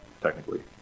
technically